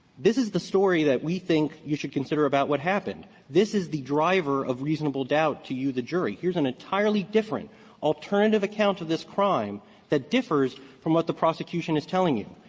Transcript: this is the story that we think you should consider about what happened. this is the driver of reasonable doubt to you, the jury. here's an entirely different alternative account of this crime that differs from what the prosecution is telling you.